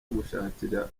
gushakira